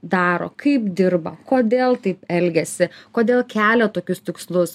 daro kaip dirba kodėl taip elgiasi kodėl kelia tokius tikslus